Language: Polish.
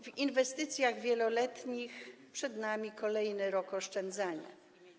W inwestycjach wieloletnich przed nami kolejny rok oszczędzania.